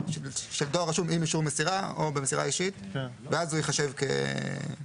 דואר רשום עם אישור מסירה או במסירה אישית ואז הוא ייחשב כנמסר.